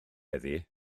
heddiw